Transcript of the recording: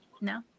No